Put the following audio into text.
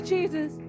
Jesus